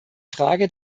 frage